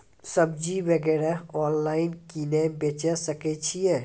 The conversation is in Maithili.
सब्जी वगैरह ऑनलाइन केना बेचे सकय छियै?